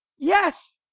yes.